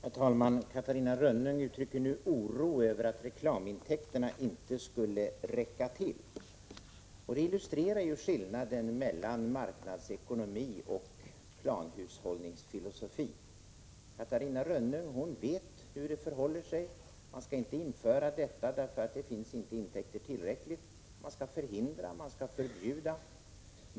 Herr talman! Catarina Rönnung uttrycker nu oro över att reklamintäkterna inte skulle räcka till. Det illustrerar skillnaden mellan marknadsekonomi och planhushållningsfilosofi. Catarina Rönnung vet hur det förhåller sig. Man skall inte införa en reklamfinansierad TV-kanal, eftersom intäkterna inte är tillräckliga. Man skall förhindra och förbjuda.